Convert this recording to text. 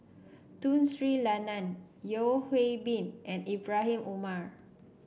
Tun Sri Lanang Yeo Hwee Bin and Ibrahim Omar